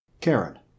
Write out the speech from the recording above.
Karen